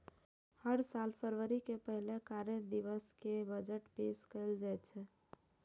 हर साल फरवरी के पहिल कार्य दिवस कें बजट पेश कैल जाइ छै